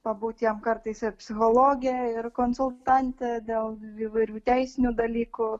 pabūti jiem kartais ir psichologe ir konsultante dėl įvairių teisinių dalykų